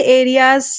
areas